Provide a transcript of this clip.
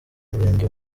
w’umurenge